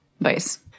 Vice